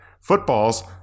Footballs